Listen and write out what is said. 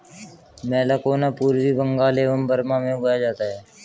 मैलाकोना पूर्वी बंगाल एवं बर्मा में उगाया जाता है